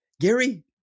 Gary